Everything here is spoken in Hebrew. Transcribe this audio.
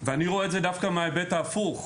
ואני רואה את זה דווקא מההיבט ההפוך.